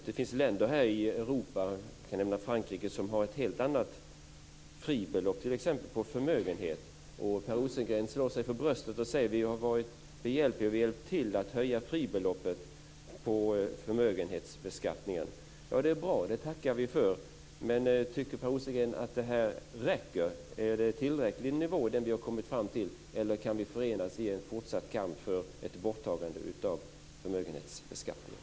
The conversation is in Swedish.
Det finns länder i Europa - jag kan nämna Frankrike - som har ett helt annat fribelopp på t.ex. förmögenhet. Per Rosengren slår sig för bröstet och säger: Vi har hjälpt till att höja fribeloppet på förmögenhetsbeskattningen! Det är bra - det tackar vi för. Men tycker Per Rosengren att det räcker? Är det en tillräcklig nivå som vi har kommit fram till, eller kan vi förenas i en fortsatt kamp för ett borttagande av förmögenhetsbeskattningen?